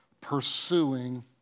pursuing